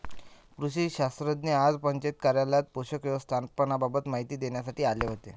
कृषी शास्त्रज्ञ आज पंचायत कार्यालयात पोषक व्यवस्थापनाबाबत माहिती देण्यासाठी आले होते